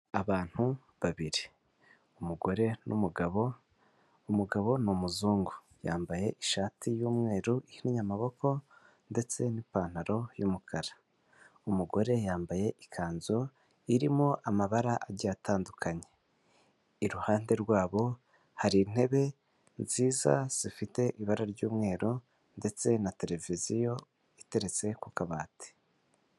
Abantu babiri umugore n'umugabo, umugabo n'umuzungu yambaye ishati yumweru ihinnye amaboko ndetse n'ipantaro y'umukara. Umugore yambaye ikanzu irimo amabara agiye atandukanye iruhande rwabo hari intebe nziza zifite ibara ryumweru ndetse na tereviziyo iteretse ku kabati.